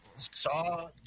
Saw